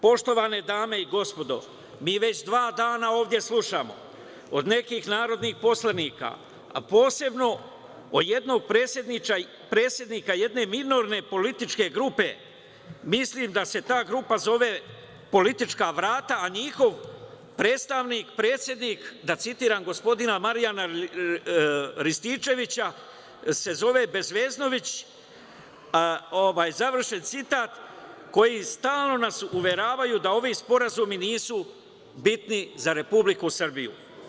Poštovane dame i gospodo, mi već dva dana ovde slušamo od nekih narodnih poslanika, posebno od jednog predsednika jedne minorne političke grupe, mislim da se ta grupa zove politička vrata, a njihov predsednik, da citiram gospodina Marijana Rističevića se zove bezveznović, završen citat, koji nas stalno uveravaju da ovi sporazumi nisu bitni za Republiku Srbiju.